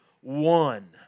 One